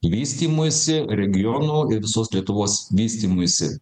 vystymuisi regionų ir visos lietuvos vystymuisi